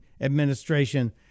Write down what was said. administration